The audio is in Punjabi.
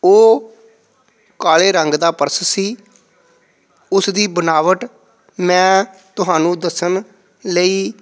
ਉਹ ਕਾਲੇ ਰੰਗ ਦਾ ਪਰਸ ਸੀ ਉਸ ਦੀ ਬਣਾਵਟ ਮੈਂ ਤੁਹਾਨੂੰ ਦੱਸਣ ਲਈ